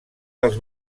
dels